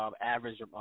average